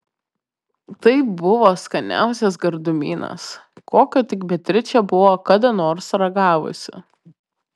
tai buvo skaniausias gardumynas kokio tik beatričė buvo kada nors ragavusi